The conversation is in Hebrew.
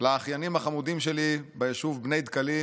לאחיינים החמודים שלי ביישוב בני דקלים